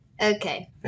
Okay